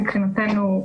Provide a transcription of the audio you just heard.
מבחינתנו,